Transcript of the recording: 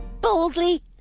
Boldly